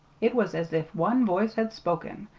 it was as if one voice had spoken,